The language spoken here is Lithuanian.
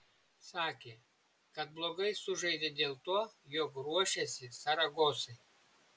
sakė kad blogai sužaidė dėl to jog ruošėsi saragosai